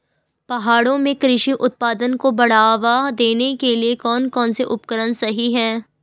पहाड़ों में कृषि उत्पादन को बढ़ावा देने के लिए कौन कौन से उपकरण सही हैं?